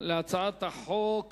על הצעת חוק